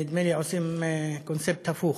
נדמה לי, עושים קונספט הפוך.